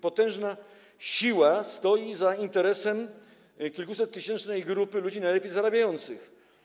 Potężna siła stoi za interesem kilkusettysięcznej grupy ludzi najlepiej zarabiających.